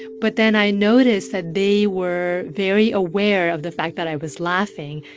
but then i noticed that they were very aware of the fact that i was laughing.